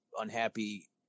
unhappy